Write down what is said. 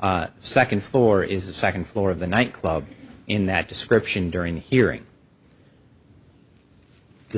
the second floor is the second floor of the nightclub in that description during the hearing the